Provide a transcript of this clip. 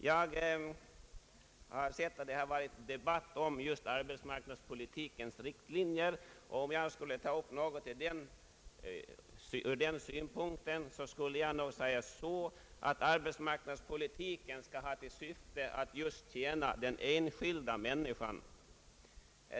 Jag har sett att det har förekommit debatt just om arbetsmarknadspolitikens riktlinjer. Om jag skulle ta upp en debatt från den synpunkten, skulle jag nog vilja säga att arbetsmarknadspolitiken bör ha till syfte att tjäna just den enskilda människan.